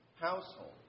Household